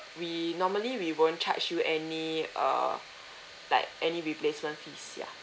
we normally we won't charge you any err like any replacement fees ya